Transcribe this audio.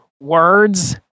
words